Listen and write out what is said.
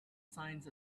signs